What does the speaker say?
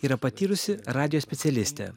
yra patyrusi radijo specialistė